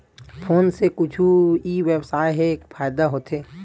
Phone से कुछु ई व्यवसाय हे फ़ायदा होथे?